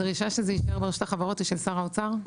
הדרישה שזה יקרה ברשות החברות היא של שר האוצר.